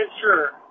sure